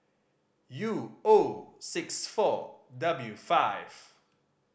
U O six four W five